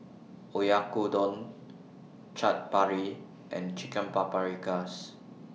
Oyakodon Chaat Papri and Chicken Paprikas